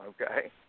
Okay